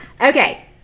Okay